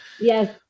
Yes